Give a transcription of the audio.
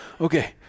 Okay